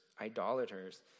idolaters